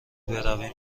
برویم